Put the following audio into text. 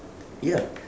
ya